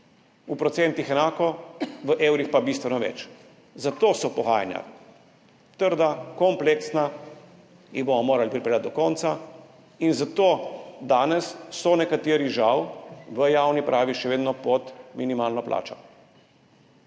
v procentih enako, v evrih pa bistveno več. Zato so pogajanja trda, kompleksna, jih bomo morali pripeljati do konca. In zato so danes nekateri žal v javni upravi še vedno pod minimalno plačo.